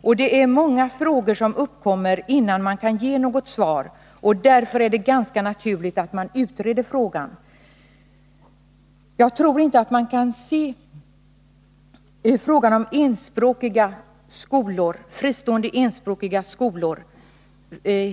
Och det är många problem som uppkommer innan man kan ge något svar. Därför är det ganska naturligt att utreda detta. Jag tror inte att man kan se frågan om fristående enspråkiga skolor